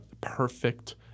perfect